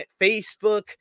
Facebook